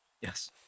Yes